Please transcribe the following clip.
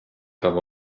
come